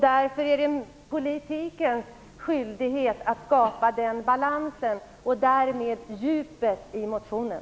Därför är det politikens skyldighet att skapa balansen och därmed djupet i motionen.